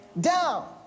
Down